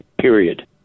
period